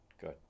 good